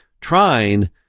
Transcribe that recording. trying